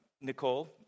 Nicole